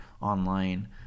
online